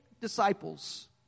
disciples